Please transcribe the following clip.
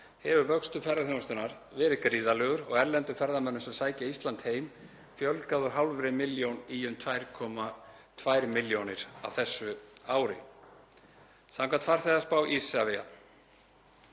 hefur vöxtur ferðaþjónustunnar verið gríðarlegur og erlendum ferðamönnum sem sækja Ísland heim fjölgað úr hálfri milljón í um 2,2 milljónir á þessu ári samkvæmt farþegaspá Isavia.